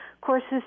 courses